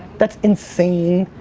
that's insane.